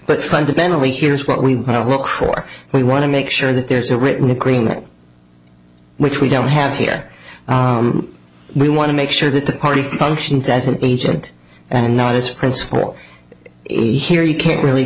but fundamentally here is what we look for we want to make sure that there's a written agreement which we don't have here we want to make sure that the party functions as an agent and not as principle here he can't really